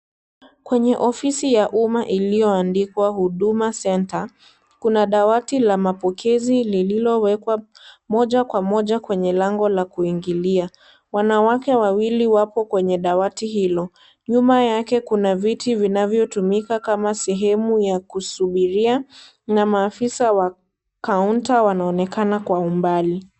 Kwenye ofisi ya umma iliyoandikwa Huduma Center kuna dawati la mapokezi lililowekwa moja kwa moja kwenye lango la kuingilia, wanawake wawili wapo kwenye dawati hilo, nyuma yake kuna viti vinavyotumika kama sehemu ya kusubiria, na maafisa wa kaunta wanaonekana kwa umbali.